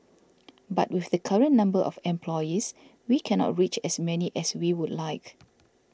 but with the current number of employees we cannot reach as many as we would like